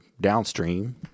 downstream